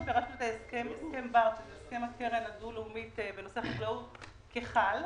אנחנו פירשנו את הסכם הקרן הדו-לאומית בנושא החקלאות כחל,